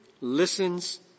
listens